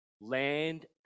land